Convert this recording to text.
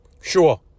Sure